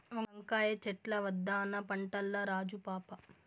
వంకాయ చెట్లే ఉద్దాన పంటల్ల రాజు పాపా